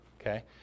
Okay